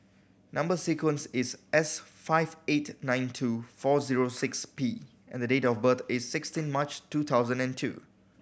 number sequence is S five eight nine two four zero six P and the date of birth is sixteen March two thousand and two